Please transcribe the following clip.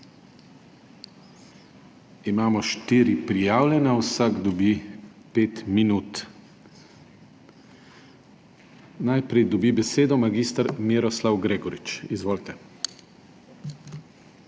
Imamo štiri prijavljene. Vsak dobi pet minut. Najprej dobi besedo mag. Miroslav Gregorič. Izvolite.